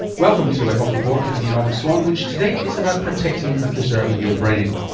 welcome to a health report with me norman swan, which today is about protecting and preserving your brain.